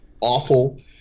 awful